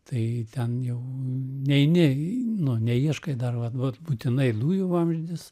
tai ten jau neini nu neieškai dar va vat būtinai dujų vamzdis